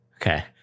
okay